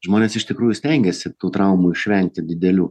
žmonės iš tikrųjų stengiasi tų traumų išvengti didelių